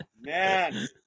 man